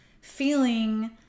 feeling